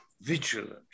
vigilant